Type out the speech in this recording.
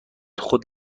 خود